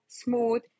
smooth